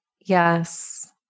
Yes